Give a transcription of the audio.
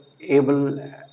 able